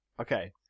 Okay